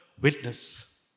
Witness